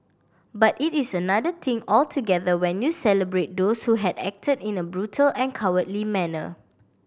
but it is another thing altogether when you celebrate those who had acted in a brutal and cowardly manner